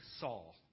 Saul